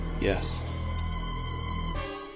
Yes